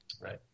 Right